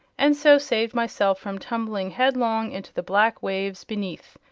and so saved myself from tumbling headlong into the black waves beneath,